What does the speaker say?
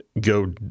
go